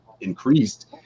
increased